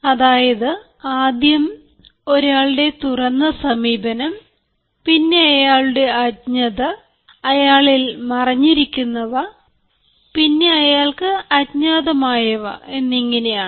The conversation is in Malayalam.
അതായത് ആദ്യം ഒരാളുടെ തുറന്ന സമീപനം പിന്നെ അയാളുടെ അജ്ഞത അയാളിൽ മറഞ്ഞിരിക്കുന്നവ പിന്നെ അയാൾക്ക് അജ്ഞാതമായവ എന്നിങ്ങനെയാണ്